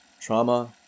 trauma